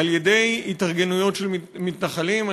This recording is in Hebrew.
על-ידי התארגנויות של מתנחלים,